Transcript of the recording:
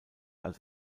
als